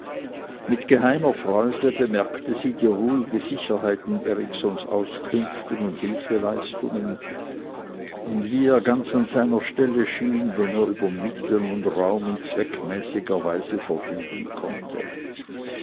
mit geheimer freude bemerkte sie die ruhige sicherheit in eriksons auskünften und hilfeleistungen und wie er ganz an seiner stelle schien wenn er über mittel und raum in zweckmäßiger weise verfügen konnte